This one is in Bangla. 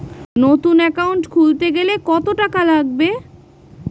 নতুন একাউন্ট খুলতে গেলে কত টাকা লাগবে?